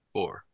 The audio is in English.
Four